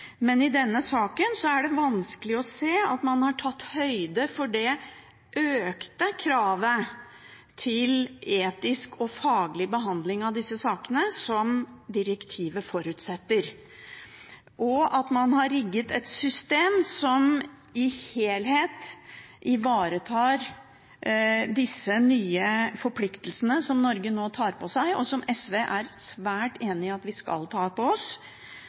Men i denne saken er det vanskelig å se at man har tatt høyde for det økte kravet til etisk og faglig behandling av disse sakene som direktivet forutsetter. Har man rigget et system som i helhet ivaretar disse nye forpliktelsene som Norge nå tar på seg – og som SV er svært enig i at vi skal ta på oss?